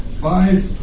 five